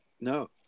No